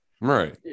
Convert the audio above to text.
right